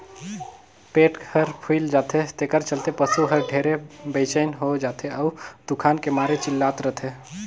पेट हर फूइल जाथे तेखर चलते पसू हर ढेरे बेचइन हो जाथे अउ दुखान के मारे चिल्लात रथे